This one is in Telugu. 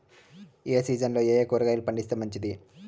ఏ సీజన్లలో ఏయే కూరగాయలు పండిస్తే మంచిది